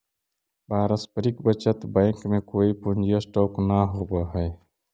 पारस्परिक बचत बैंक में कोई पूंजी स्टॉक न होवऽ हई